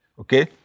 okay